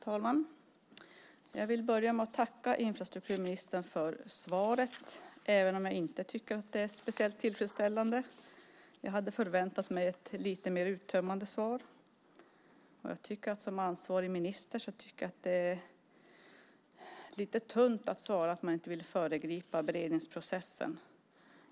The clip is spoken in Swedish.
Fru talman! Jag vill börja med att tacka infrastrukturministern för svaret, även om jag inte tycker att det är speciellt tillfredsställande. Jag hade förväntat mig ett lite mer uttömmande svar. Jag tycker att det är lite tunt att som ansvarig minister svara att man inte vill föregripa beredningsprocessen.